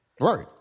Right